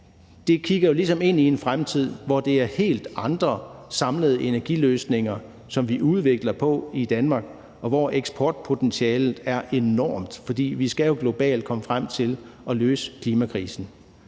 kigger ligesom ind i en fremtid, hvor det er helt andre samlede energiløsninger, som vi udvikler på i Danmark, og hvor eksportpotentialet er enormt. For vi skal jo globalt komme frem til at løse klimakrisen.